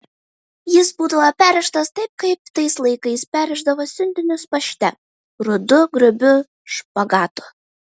jis būdavo perrištas taip kaip tais laikais perrišdavo siuntinius pašte rudu grubiu špagatu